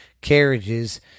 carriages